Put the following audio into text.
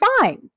fine